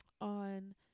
on